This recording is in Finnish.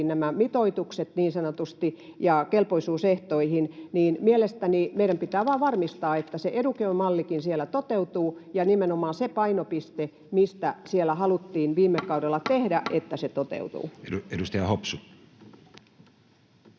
nämä mitoitukset ja kelpoisuusehdot, niin mielestäni meidän pitää vain varmistaa, että se educare-mallikin siellä toteutuu ja nimenomaan se painopiste, mistä siellä haluttiin viime kaudella se tehdä, toteutuu. Edustaja Hopsu.